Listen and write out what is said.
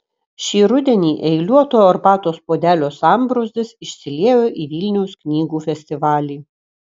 šį rudenį eiliuoto arbatos puodelio sambrūzdis išsiliejo į vilniaus knygų festivalį